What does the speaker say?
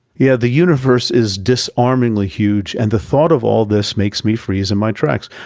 yeah the universe is disarmingly huge, and the thought of all this makes me freeze in my tracks.